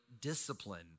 discipline